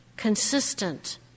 Consistent